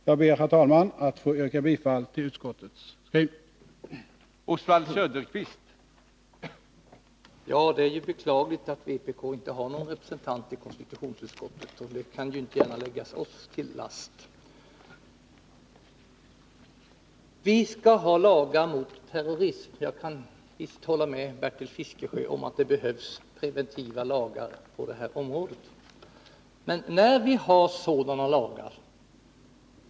Jag ber, herr talman, att få yrka bifall till utskottets skrivning.